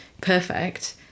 perfect